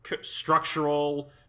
structural